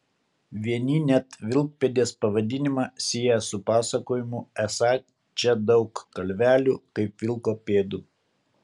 vieni net vilkpėdės pavadinimą sieja su pasakojimu esą čia daug kalvelių kaip vilko pėdų